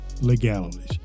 legalities